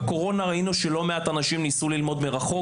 בקורונה לא מעט אנשים ניסו ללמוד מרחוק.